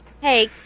Hey